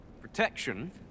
Protection